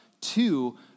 two